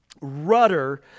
rudder